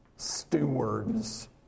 stewards